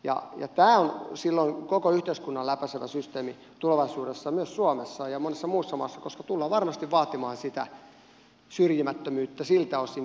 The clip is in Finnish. tämä on silloin koko yhteiskunnan läpäisevä systeemi tulevaisuudessa ja myös suomessa ja monissa muissa maissa koska tullaan varmasti vaatimaan sitä syrjimättömyyttä siltä osin